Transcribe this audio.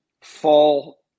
fall